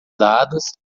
dadas